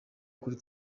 kuri